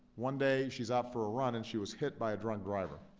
one day, she's out for a run, and she was hit by a drunk driver.